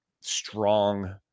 strong